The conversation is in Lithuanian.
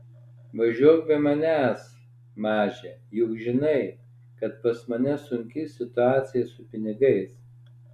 važiuok be manęs maže juk žinai kad pas mane sunki situaciją su pinigais